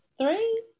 three